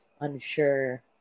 unsure